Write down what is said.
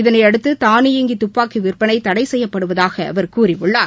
இதனையடுத்து தானியங்கி தப்பாக்கி விற்பனை தடை செய்யபடுவதாக அவர் கூறியுள்ளார்